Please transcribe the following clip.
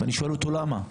ואני שואל אותו: "למה?".